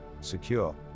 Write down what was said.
secure